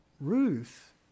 Ruth